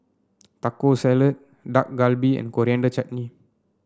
Taco Salad Dak Galbi and Coriander Chutney